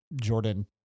Jordan